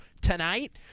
tonight